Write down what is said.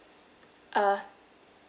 uh